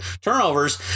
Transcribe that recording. turnovers